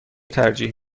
ترجیح